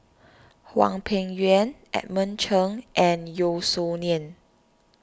Hwang Peng Yuan Edmund Cheng and Yeo Song Nian